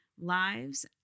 lives